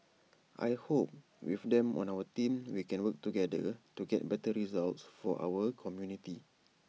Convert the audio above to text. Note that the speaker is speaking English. I hope with them on our team we can work together to get better results for our community